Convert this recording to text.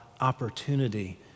opportunity